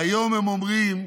והיום הם אומרים: